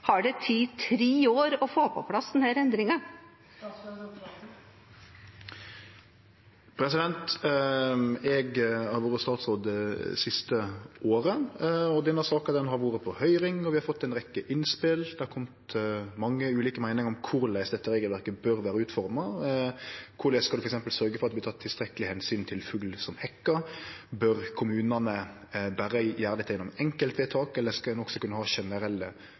har det tatt tre år å få på plass denne endringen? Eg har vore statsråd det siste året. Denne saka har vore på høyring, og vi har fått ei rekkje innspel. Det har kome mange ulike meiningar om korleis dette regelverket bør vere utforma. Korleis skal ein f.eks. sørgje for at det vert teke tilstrekkeleg omsyn til fugl som hekkar? Bør kommunane berre gjere dette gjennom enkeltvedtak, eller skal ein også kunne ha generelle